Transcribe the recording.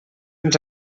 ens